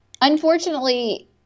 unfortunately